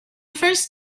first